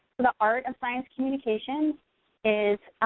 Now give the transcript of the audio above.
the art of science communication is